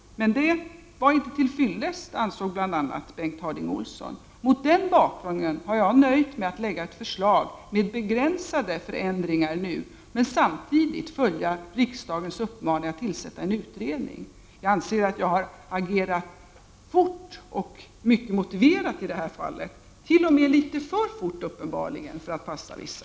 Men det var inte till fyllest, ansåg bl.a. Bengt Harding Olson. Mot den bakgrunden har jag nöjt mig med att lägga fram ett förslag med begränsade förändringar, men samtidigt följt riksdagens uppmaning att tillsätta en utredning. Jag anser att jag har agerat fort och väl motiverat i det här fallet, uppenbarligen t.o.m. för fort för att passa vissa.